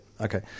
Okay